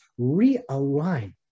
realign